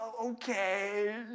okay